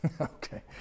Okay